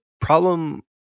problem